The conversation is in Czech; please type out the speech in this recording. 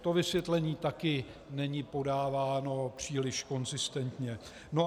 To vysvětlení taky není podáváno příliš konzistentně.